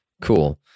Cool